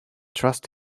trust